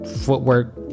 footwork